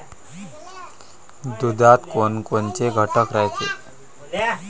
दुधात कोनकोनचे घटक रायते?